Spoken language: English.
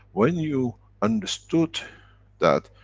when you understood that,